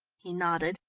he nodded.